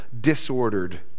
disordered